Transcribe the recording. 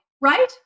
right